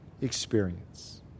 experience